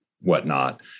whatnot